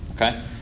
okay